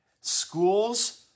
schools